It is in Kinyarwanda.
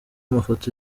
mafoto